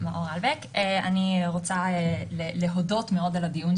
אני רוצה להודות מאוד על הדיון.